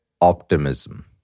optimism